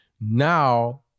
Now